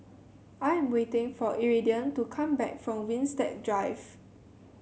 I am waiting for Iridian to come back from Winstedt Drive